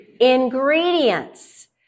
Ingredients